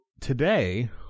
today